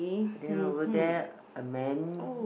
then over there a man